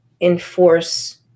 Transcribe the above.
enforce